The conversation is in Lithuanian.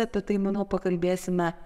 apie tai manau pakalbėsime